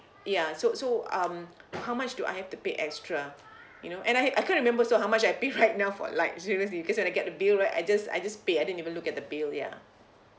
ya so so um how much do I have to pay extra you know and I had I can't remember still how much I pay right now for like seriously because when I get the bill right I just I just pay I didn't even look at the bill ya